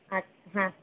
আচ্ছা হ্যাঁ